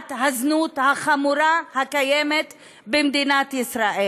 תופעת הזנות החמורה הקיימת במדינת ישראל.